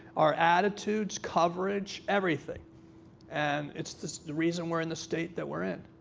our attitudes, coverage, everything and it's just the reason we're in the state that we're in.